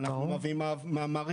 אנחנו מביאים מאמרים,